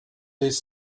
his